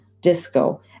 disco